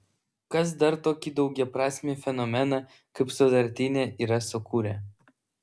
kas dar tokį daugiaprasmį fenomeną kaip sutartinė yra sukūrę